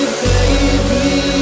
baby